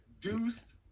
Deuced